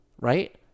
right